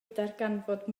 darganfod